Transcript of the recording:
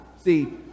See